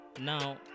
Now